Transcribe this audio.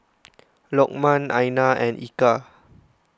Lokman Aina and Eka